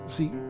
See